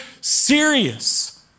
serious